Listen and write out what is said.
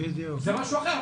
זה משהו אחר.